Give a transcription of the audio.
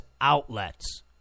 outlets